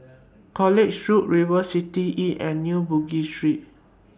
College Road River City Inn and New Bugis Street